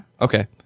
Okay